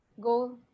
go